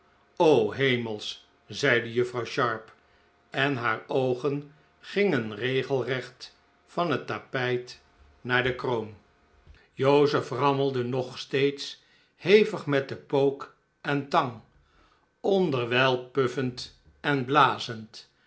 hemelsch zeide juffrouw sharp en haar oogen gingen regelrecht van het tapijt naar de kroon joseph rammelde nog steeds hevig met pook en tang onderwijl puffend en blazend